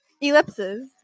ellipses